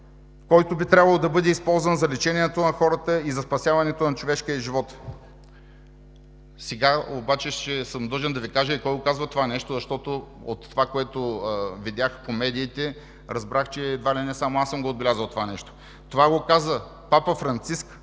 който би трябвало да бъде използван за лечението на хората и за спасяването на човешкия живот. Сега съм длъжен да Ви кажа и кой казва това нещо, защото от това, което видях по медиите, разбрах, че едва ли не само аз съм го отбелязал това нещо. Това го каза папа Франциск